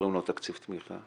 קוראים לו תקציב תמיכה,